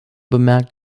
bemerkt